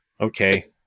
okay